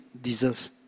deserves